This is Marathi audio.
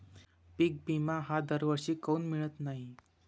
पिका विमा हा दरवर्षी काऊन मिळत न्हाई?